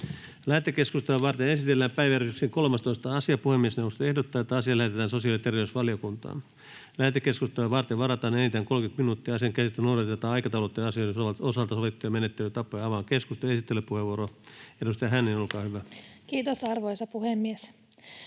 Lähetekeskustelua varten esitellään päiväjärjestyksen 13. asia. Puhemiesneuvosto ehdottaa, että asia lähetetään sosiaali- ja terveysvaliokuntaan. Lähetekeskustelua varten varataan enintään 30 minuuttia. Asian käsittelyssä noudatetaan aikataulutettujen asioiden osalta sovittuja menettelytapoja. — Avaan keskustelun. Esittelypuheenvuoro, edustaja Hänninen, olkaa hyvä. [Speech